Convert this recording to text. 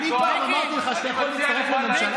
אני פעם אמרתי לך שאתה יכול להצטרף לממשלה?